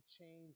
change